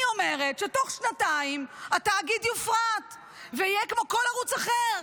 אני אומרת שתוך שנתיים התאגיד יופרט ויהיה כמו כל ערוץ אחר: